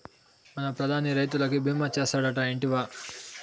మన ప్రధాని రైతులకి భీమా చేస్తాడటా, ఇంటివా